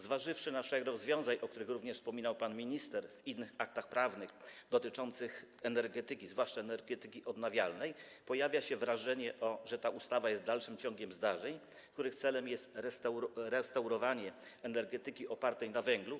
Zważywszy na szereg rozwiązań, o których również wspominał pan minister, zawartych w innych aktach prawnych dotyczących energetyki, zwłaszcza energetyki odnawialnej, pojawia się wrażenie, że ta ustawa jest dalszym ciągiem zdarzeń, których celem jest restaurowanie energetyki opartej na węglu.